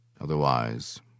Otherwise